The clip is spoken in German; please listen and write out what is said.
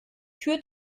tür